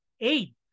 eight